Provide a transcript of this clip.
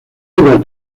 obras